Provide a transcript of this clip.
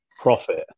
profit